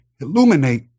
illuminate